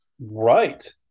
Right